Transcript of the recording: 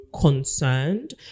concerned